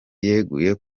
yeguye